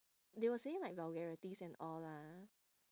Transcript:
they were saying like vulgarities and all lah